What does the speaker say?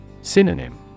Synonym